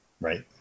Right